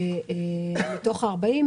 מתוך ה-40,